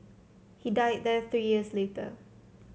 he died there three years later